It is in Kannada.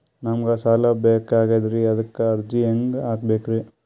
ನಮಗ ಸಾಲ ಬೇಕಾಗ್ಯದ್ರಿ ಅದಕ್ಕ ಅರ್ಜಿ ಹೆಂಗ ಹಾಕಬೇಕ್ರಿ?